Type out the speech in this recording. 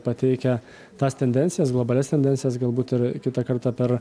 pateikia tas tendencijas globalias tendencijas galbūt ir kitą kartą per